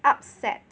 upset